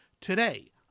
Today